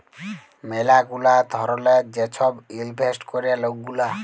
ম্যালা গুলা ধরলের যে ছব ইলভেস্ট ক্যরে লক গুলা